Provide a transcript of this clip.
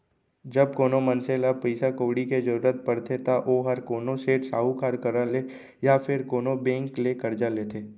जब कोनो मनसे ल पइसा कउड़ी के जरूरत परथे त ओहर कोनो सेठ, साहूकार करा ले या फेर कोनो बेंक ले करजा लेथे